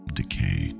decay